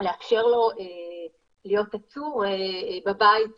לאפשר לו להיות עצור בבית באיזוק.